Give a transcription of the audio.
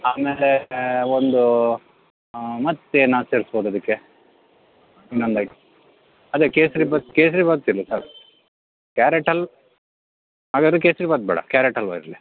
ಆಮೇಲೆ ಒಂದು ಮತ್ತೇನಾದ್ರು ಸೇರ್ಸ್ಬೋದು ಅದಕ್ಕೆಇನ್ನೊಂದು ಐಟಮ್ ಅದೆ ಕೇಸರಿಬಾತ್ ಕೇಸರಿಬಾತ್ ಇರಲಿ ಸಾಕು ಕ್ಯಾರೆಟ್ ಹಲ್ ಹಾಗಾದರೆ ಕೇಸರಿಬಾತ್ ಬೇಡ ಕ್ಯಾರೆಟ್ ಹಲ್ವಾ ಇರಲಿ